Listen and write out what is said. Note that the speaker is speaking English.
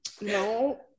no